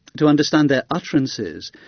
to understand their utterances,